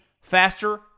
faster